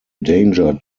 danger